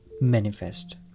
manifest